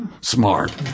smart